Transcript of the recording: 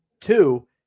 Two